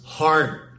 heart